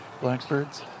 blackbirds